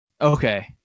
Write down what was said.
Okay